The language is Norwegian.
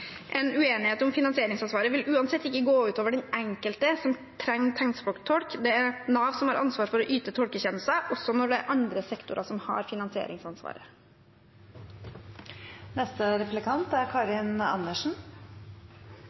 En uenighet om finansieringsansvaret vil uansett ikke gå ut over den enkelte som trenger tegnspråktolk. Det er Nav som har ansvaret for å yte tolketjenester, også når det er andre sektorer som har finansieringsansvaret. Jeg vil først si at jeg er